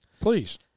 please